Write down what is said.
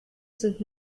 sind